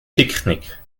picknick